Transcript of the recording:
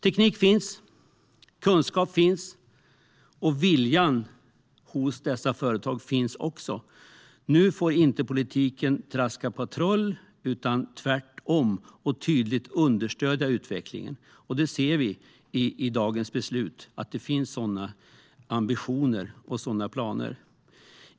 Teknik finns, kunskap finns, och viljan hos dessa företag finns också. Nu får inte politiken traska patrull utan måste tvärtom tydligt understödja utvecklingen. Vi ser med dagens beslut att det finns sådana ambitioner och sådana planer.